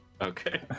Okay